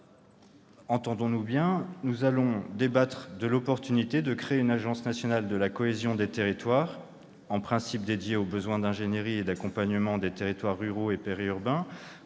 Entendons-nous bien : nous allons débattre de l'opportunité de créer une agence nationale pour la cohésion des territoires, en principe dédiée aux besoins d'ingénierie et d'accompagnement des territoires ruraux et périurbains